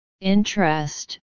interest